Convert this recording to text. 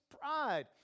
pride